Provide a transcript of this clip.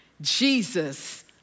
Jesus